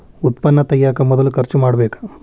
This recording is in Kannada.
ಉತ್ಪನ್ನಾ ತಗಿಯಾಕ ಮೊದಲ ಖರ್ಚು ಮಾಡಬೇಕ